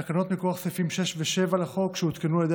תקנות מכוח סעיפים 6 ו-7 לחוק שהותקנו על ידי